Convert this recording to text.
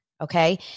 okay